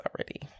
already